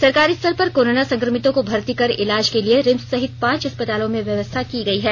सरकारी स्तर पर कोरोना संक्रमितों को भर्ती कर इलाज के लिए रिम्स सहित पांच अस्पतालों में व्यवस्था की गयी है